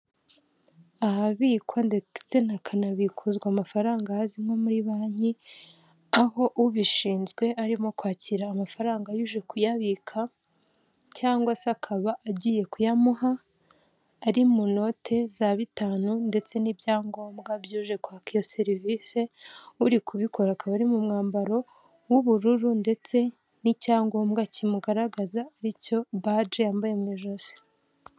Ahabikwa ndetse hakanabikuzwa amafaranga hazwi nko muri banki, aho ubishinzwe arimo kwakira amafaranga y'uje kuyabika cyangwa se akaba agiye kuyamuha ari mu note za bitanu ndetse n'ibyangombwa by'uje kwaka iyo serivisi uri kubikora akaba ari mu mwambaro w'ubururu ndetse ni'cyangombwa kimugaragaza aricyo baji yambaye mu ijosi.